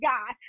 God